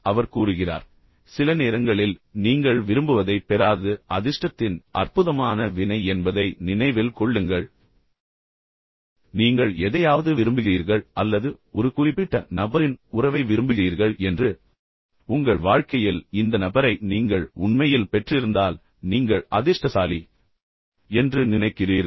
அவர் கூறுகிறார் சில நேரங்களில் நீங்கள் விரும்புவதைப் பெறாதது அதிர்ஷ்டத்தின் அற்புதமான வினை என்பதை நினைவில் கொள்ளுங்கள் இப்போது நீங்கள் எப்போதும் நினைத்துக் கொண்டிருக்கிறீர்கள் நீங்கள் எதையாவது விரும்புகிறீர்கள் அல்லது ஒரு குறிப்பிட்ட நபரின் உறவை விரும்புகிறீர்கள் என்று உங்கள் வாழ்க்கையில் இந்த நபரை நீங்கள் உண்மையில் பெற்றிருந்தால் நீங்கள் அதிர்ஷ்டசாலி என்று நினைக்கிறீர்கள்